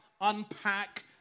unpack